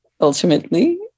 ultimately